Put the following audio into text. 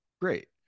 Great